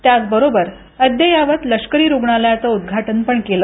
त्याचबरोबर अद्ययावत लष्करी रुग्णालयाचे उद्वा उपण केलं